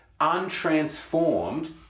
untransformed